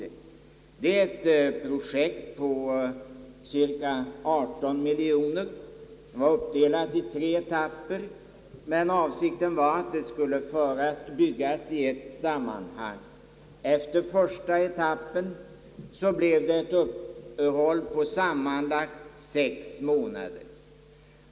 Det gäller ett projekt på cirka 18 miljoner kronor, uppdelat i tre etapper. Avsikten var att projektet skulle byggas i ett sammanhang. Efter första etappen blev det emellertid ett uppehåll på sammanlagt sex månader.